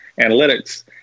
analytics